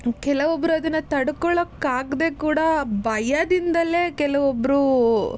ಕೆಲವೊಬ್ಬರು ಅದನ್ನು ತಡಕೊಳ್ಳೊಕ್ಕಾಗ್ದೆ ಕೂಡ ಭಯದಿಂದಲೇ ಕೆಲವೊಬ್ಬರು